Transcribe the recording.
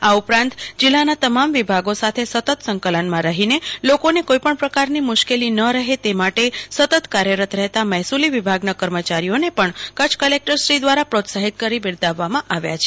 આ ઉપરાંત જિલ્લાના તમામ વિભાગો સાથે સતત સંકલનમાં રફીને લોકોને કોઇપણ પ્રકારની મુશ્કેલી ન રફે તે માટે સતત કાર્યરત રફેતા મફેસુલી વિભાગના કર્મચારીઓને પણ કચ્છ કલેકટરશ્રી દ્વારા પ્રોત્સાફિત કરી બિરદાવવામાં આવ્યા છે